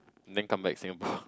then come back Singapore